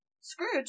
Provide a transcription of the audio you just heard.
Scrooge